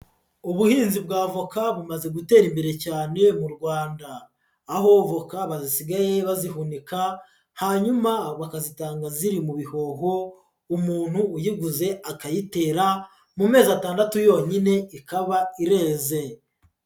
Ubuhinzi bw'avoka bumaze gutera imbere cyane mu Rwanda, aho voka basigaye bazihunika hanyuma bakazitanga ziri mu bihoho umuntu uyiguze akayitera mu mezi atandatu yonyine ikaba ireze.